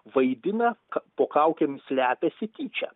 vaidina po kaukėmis slepiasi tyčia